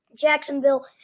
Jacksonville